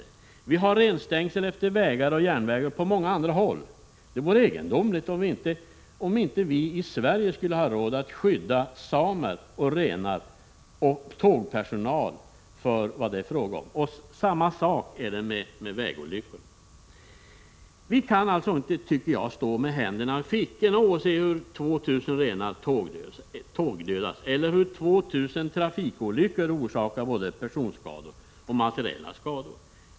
Det finns ju renstängsel längs vägar och järnvägar på många andra håll. Det vore därför egendomligt om vi i Sverige inte skulle ha råd att skydda samer, renar och tågpersonal. Detsamma gäller vägolyckorna. Vi får alltså inte stå med händerna i fickorna när 2 000 renar tågdödas och 2 000 trafikolyckor orsakar både personskador och materiella skador.